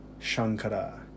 Shankara